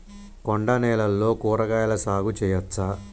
కొండ నేలల్లో కూరగాయల సాగు చేయచ్చా?